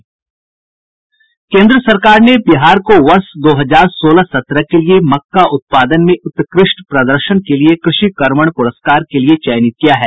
केन्द्र सरकार ने बिहार को वर्ष दो हजार सोलह सत्रह के लिए मक्का उत्पादन में उत्कृष्ट प्रदर्शन के लिए कृषि कर्मण प्रस्कार के लिए चयनित किया है